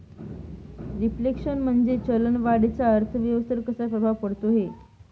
Reflation म्हणजे चलन वाढीचा अर्थव्यवस्थेवर कसा प्रभाव पडतो है?